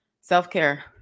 self-care